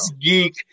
geek